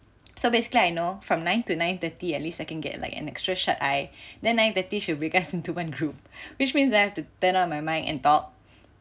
so basically I know from nine to nine thirty at least I can get like an extra shut eye then nine thirty she will break us into one group which means that I have to turn on my mic and talk